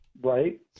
Right